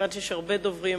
יש הרבה דוברים,